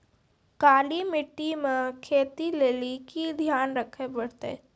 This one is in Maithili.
काली मिट्टी मे खेती लेली की ध्यान रखे परतै?